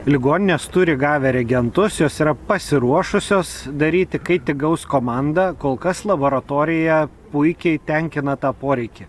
ligoninės turi gavę reagentus jos yra pasiruošusios daryti kai tik gaus komandą kol kas laboratorija puikiai tenkina tą poreikį